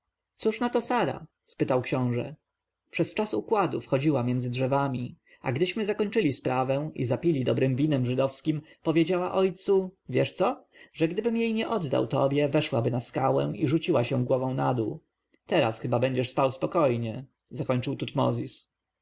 cóż na to sara spytał książę przez czas układów chodziła między drzewami a gdyśmy zakończyli sprawę i zapili dobrem winem żydowskiem powiedziała ojcu wiesz co że gdyby jej nie oddał tobie weszłaby na skałę i rzuciłaby się głową na dół teraz chyba będziesz spał spokojnie zakończył tutmozis